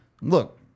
Look